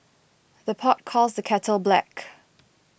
the pot calls the kettle black